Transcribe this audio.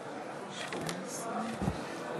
לא התקבלה,